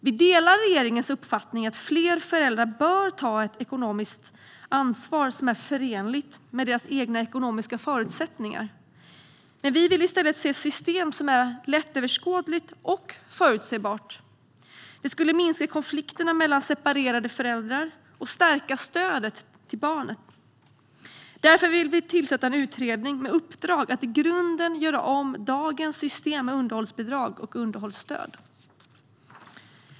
Vi delar regeringens uppfattning att fler föräldrar bör ta ett ekonomiskt ansvar som är förenligt med deras egna ekonomiska förutsättningar, men vi vill i stället se ett system som är lättöverskådligt och förutsebart. Det skulle minska konflikterna mellan separerade föräldrar och stärka stödet till barnen. Därför vill vi tillsätta en utredning med uppdrag att i grunden göra om dagens system med underhållsbidrag och underhållsstöd.